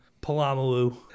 Palamalu